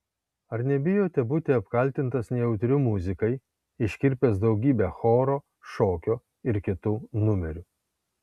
ar nebijote būti apkaltintas nejautriu muzikai iškirpęs daugybę choro šokio ir kitų numerių